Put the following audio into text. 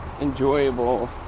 enjoyable